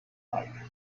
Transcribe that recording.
life